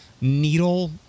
needle